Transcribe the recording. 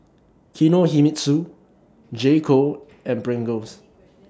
Kinohimitsu J Co and Pringles